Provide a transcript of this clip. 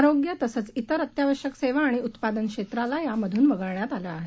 आरोग्य तसंच तिर अत्यावश्यक सेवा आणि उत्पादन क्षेत्राला यातून वगळण्यात आलं आहे